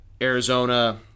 Arizona